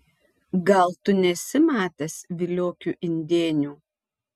gal tu nesi matęs viliokių indėnių